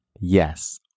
Yes